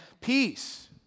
peace